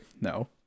no